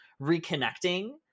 reconnecting